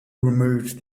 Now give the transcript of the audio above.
removed